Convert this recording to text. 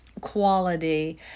quality